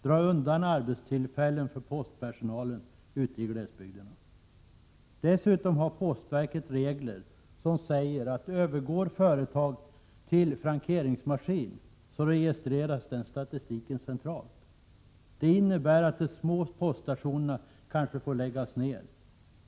Man undandrar alltså postpersonal ute i glesbygden arbetstillfällen. Dessutom har postverket regler som säger att när företag övergår till frankeringsmaskin, registreras den statistiken centralt. Det innebär att de små poststationerna kanske får läggas ned.